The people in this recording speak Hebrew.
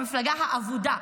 המפלגה האבודה,